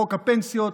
חוק הפנסיות,